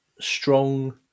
strong